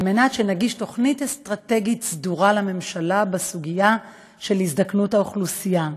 כדי שנגיש תוכנית אסטרטגית סדורה לממשלה בסוגיה של הזדקנות האוכלוסייה.